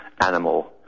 animal